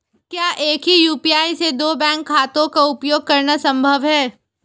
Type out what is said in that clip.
क्या एक ही यू.पी.आई से दो बैंक खातों का उपयोग करना संभव है?